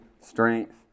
strength